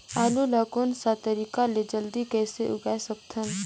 आलू ला कोन सा तरीका ले जल्दी कइसे उगाय सकथन?